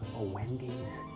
a wendy's